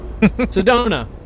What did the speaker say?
Sedona